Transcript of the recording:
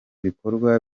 bikorwa